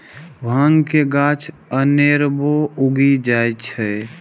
भांग के गाछ अनेरबो उगि जाइ छै